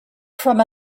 from